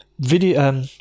Video